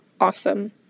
awesome